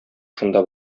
шунда